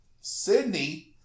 Sydney